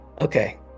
Okay